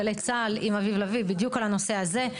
צה"ל עם אביב לביא בדיוק על הנושא הזה.